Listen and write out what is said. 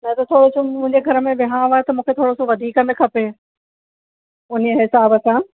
न त थोरो सो मुंहिंजे घर में विहांउ आहे त मूंखे थोरो सो वधीक में खपे उन हिसाब सां